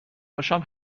باشم